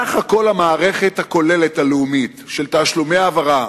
כלל המערכת הלאומית של תשלומי העברה,